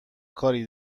کاری